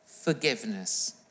forgiveness